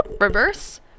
Reverse